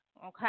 okay